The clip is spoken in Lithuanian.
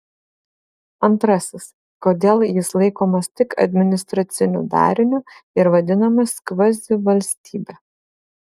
antrasis kodėl jis laikomas tik administraciniu dariniu ir vadinamas kvazivalstybe